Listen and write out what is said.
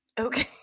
Okay